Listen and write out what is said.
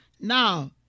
now